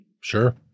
Sure